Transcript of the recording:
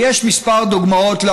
יש כמה דוגמאות,